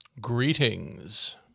Greetings